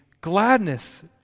gladness